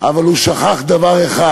אבל הוא שכח דבר אחד,